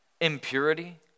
impurity